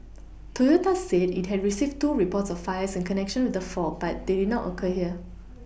Toyota said it had received two reports of fires in connection with the fault but they did not occur here